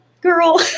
girl